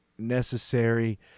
necessary